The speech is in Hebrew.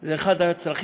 זה אחד הצרכים.